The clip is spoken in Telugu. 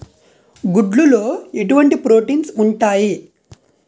గుడ్లు లో ఎటువంటి ప్రోటీన్స్ ఉంటాయి?